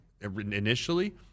initially